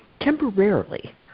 temporarily